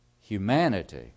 Humanity